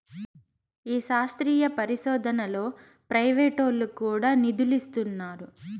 ఈ శాస్త్రీయ పరిశోదనలో ప్రైవేటోల్లు కూడా నిదులిస్తున్నారు